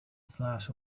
flash